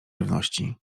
żywności